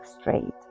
straight